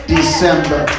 December